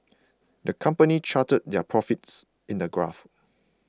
the company charted their profits in a graph